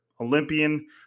Olympian